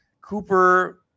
Cooper